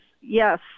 yes